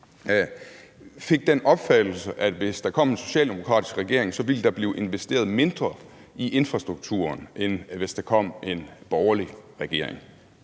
fik den opfattelse, at hvis der kom en socialdemokratisk regering, ville der blive investeret mindre i infrastrukturen, end hvis der kom en borgerlig regering?